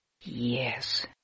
Yes